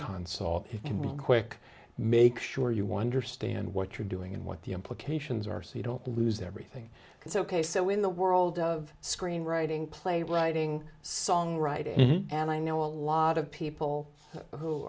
console and be quick make sure you wonder stand what you're doing and what the implications are so you don't lose everything because ok so in the world of screenwriting playwriting songwriting and i know a lot of people who